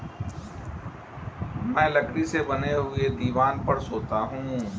मैं लकड़ी से बने हुए दीवान पर सोता हूं